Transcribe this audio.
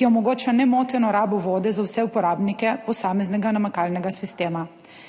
ki omogoča nemoteno rabo vode za vse uporabnike posameznega namakalnega sistema.